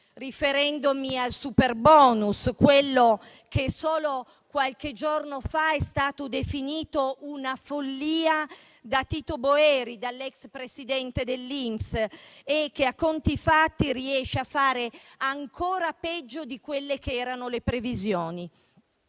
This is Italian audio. riferendomi al superbonus, che solo qualche giorno fa è stato definito una follia da Tito Boeri, l'ex presidente dell'INPS, e che, a conti fatti, riesce a fare ancora peggio delle previsioni.